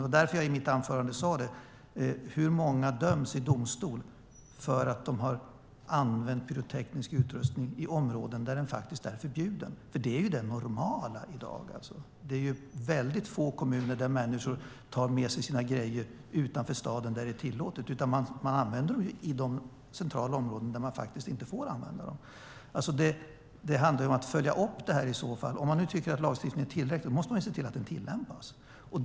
Därför frågade jag i mitt anförande: Hur många döms i domstol för att de har använt pyroteknisk utrustning i områden där den faktiskt är förbjuden? Det är det normala i dag. Det är väldigt få kommuner där människor tar med sig sina grejer utanför till områden där det är tillåtet, utan de använder dem i de centrala områden där man inte får använda dem. Det handlar om att följa upp detta i så fall. Om man tycker att lagstiftningen är tillräcklig ska man se till att den tillämpas.